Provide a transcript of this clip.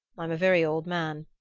i'm a very old man.